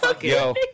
Yo